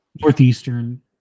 Northeastern